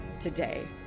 today